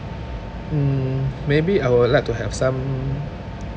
mm maybe I would like to have some